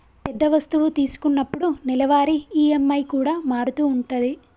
పెద్ద వస్తువు తీసుకున్నప్పుడు నెలవారీ ఈ.ఎం.ఐ కూడా మారుతూ ఉంటది